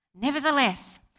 Nevertheless